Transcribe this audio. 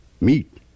meat